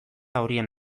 horien